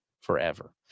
forever